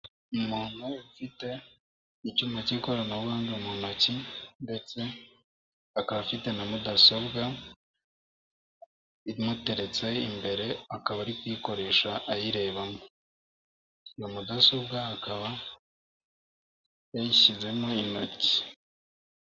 Umuntu ufite icyuma cy'ikoranabuhanga mu ntoki, ndetse akaba afite na mudasobwa imutereretse imbere akaba ari kuyikoresha ayirebamo. Iyo mudasobwa akaba yayishyizemo intoki.